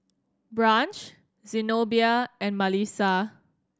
Branch Zenobia and Malissa